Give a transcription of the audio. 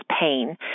pain